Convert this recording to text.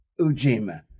Ujima